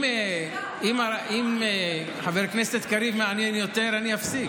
להפך, אם חבר הכנסת קריב מעניין יותר, אני אפסיק.